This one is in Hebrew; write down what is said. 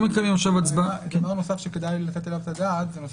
דבר נוסף שכדאי לתת עליו את הדעת נושא